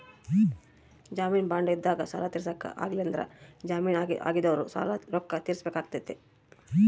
ಜಾಮೀನು ಬಾಂಡ್ ಇದ್ದಂಗ ಸಾಲ ತೀರ್ಸಕ ಆಗ್ಲಿಲ್ಲಂದ್ರ ಜಾಮೀನು ಹಾಕಿದೊರು ಸಾಲದ ರೊಕ್ಕ ತೀರ್ಸಬೆಕಾತತೆ